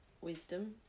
wisdom